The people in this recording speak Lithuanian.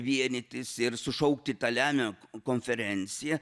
vienytis ir sušaukti taleme konferenciją